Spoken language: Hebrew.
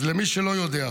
אז למי שלא יודע,